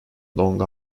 long